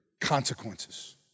consequences